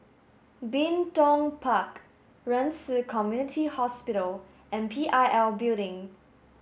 Bin Tong Park Ren Ci Community Hospital and P I L Building